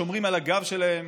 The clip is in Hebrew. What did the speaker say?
שומרים על הגב שלהם,